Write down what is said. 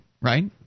right